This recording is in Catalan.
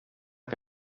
que